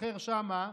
החוכר שם,